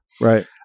right